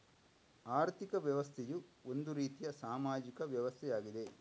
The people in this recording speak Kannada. ಆರ್ಥಿಕ ವ್ಯವಸ್ಥೆಯು ಒಂದು ರೀತಿಯ ಸಾಮಾಜಿಕ ವ್ಯವಸ್ಥೆಯಾಗಿದೆ